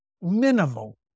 minimal